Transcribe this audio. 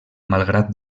malgrat